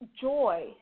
joy